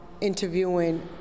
interviewing